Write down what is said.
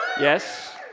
yes